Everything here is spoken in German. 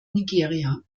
nigeria